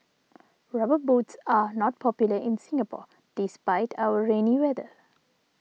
rubber boots are not popular in Singapore despite our rainy weather